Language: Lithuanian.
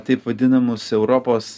taip vadinamus europos